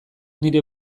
nire